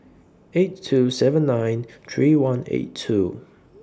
eight two seven nine three one eight two